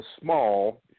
small